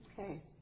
Okay